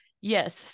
yes